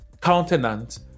countenance